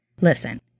Listen